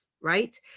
right